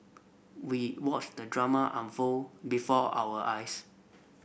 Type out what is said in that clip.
we watched the drama unfold before our eyes